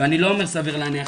ואני לא אומר סביר להניח,